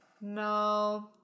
No